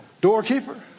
doorkeeper